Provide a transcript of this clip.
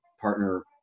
partner